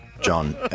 John